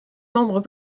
membres